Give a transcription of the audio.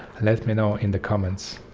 let me know in the comments!